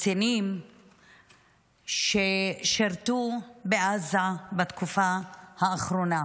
מקצינים ששירתו בעזה בתקופה האחרונה.